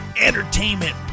entertainment